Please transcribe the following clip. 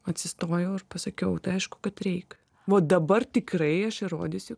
atsistojau ir pasakiau tai aišku kad reik vo dabar tikrai aš įrodysiu